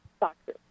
doctor